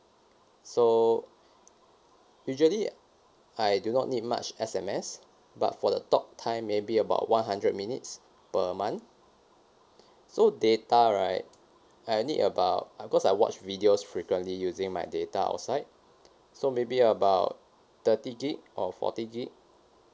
so usually I do not need much S_M_S but for the talk time maybe about one hundred minutes per month so data right I need about uh cause I watch videos frequently using my data outside so maybe about thirty gig or forty gig